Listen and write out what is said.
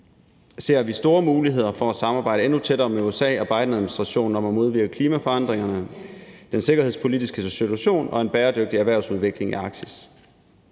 ser vi store muligheder for at samarbejde endnu tættere med USA og Bidenadministrationen om at modvirke klimaforandringerne, om den sikkerhedspolitiske situation og om en bæredygtig erhvervsudvikling i Arktis.